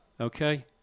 okay